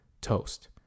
toast